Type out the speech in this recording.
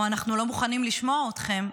או אנחנו לא מוכנים לשמוע אתכם,